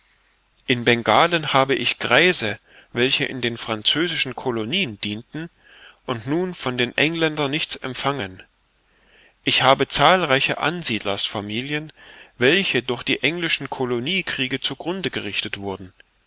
in bengalen habe ich greise welche in den französischen colonien dienten und nun von den engländern nichts empfangen ich habe zahlreiche ansiedlersfamilien welche durch die englischen coloniekriege zu grunde gerichtet wurden